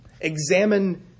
Examine